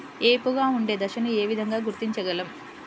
ఏపుగా ఉండే దశను ఏ విధంగా గుర్తించగలం?